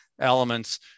elements